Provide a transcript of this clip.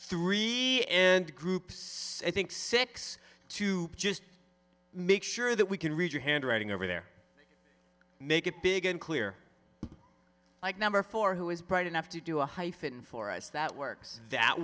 three and groups i think six to just make sure that we can read your handwriting over there make it big and clear like number four who is bright enough to do a hyphen for us that works that